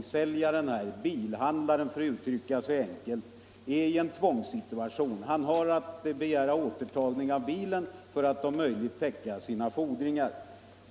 Säljaren — bilhandlaren är i en tvångssituation. Han har att begära återtagning av bilen för att om möjligt täcka sina fordringar.